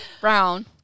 Brown